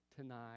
tonight